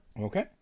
okay